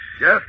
Yes